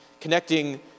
connecting